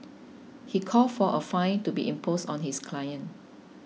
he called for a fine to be imposed on his client